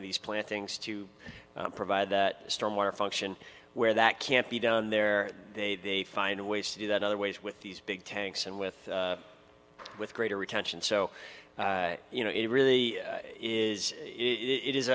of these plantings to provide that storm water function where that can't be done there they find ways to do that other ways with these big tanks and with with greater retention so you know it really is it is